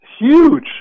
huge